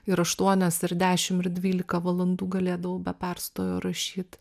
ir aštuonias ir dešim ir dvylika valandų galėdavau be perstojo rašyt